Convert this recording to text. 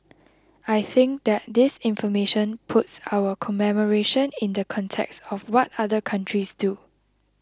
I think that this information puts our commemoration in the context of what other countries do